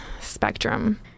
spectrum